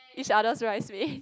each other's bridesmaid